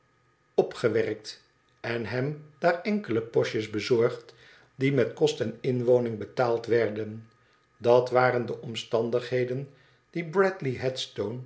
en hem daar enkele postjes bezorgd die met kost en inwoning betaald werden dat waren de omstandigheden die bradley